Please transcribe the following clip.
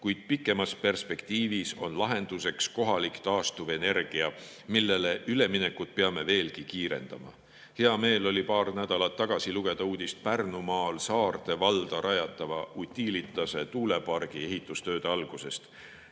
kuid pikemas perspektiivis on lahenduseks kohalik taastuvenergia, millele üleminekut peame veelgi kiirendama. Hea meel oli paar nädalat tagasi lugeda uudist Pärnumaal Saarde valda rajatava Utilitase tuulepargi ehitustööde algusest.